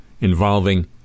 involving